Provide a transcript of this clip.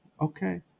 Okay